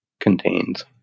contains